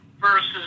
versus